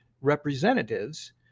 representatives